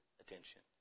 attention